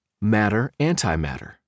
Matter-antimatter